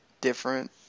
different